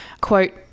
Quote